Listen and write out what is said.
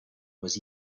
was